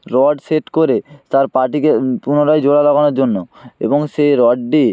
rod set করে তার পাটিকে পুনরায় জোড়া লাগানোর জন্য এবং সে রডটি